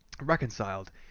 reconciled